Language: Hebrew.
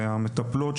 המטפלות,